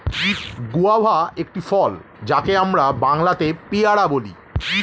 guava একটি ফল যাকে আমরা বাংলাতে পেয়ারা বলি